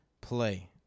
play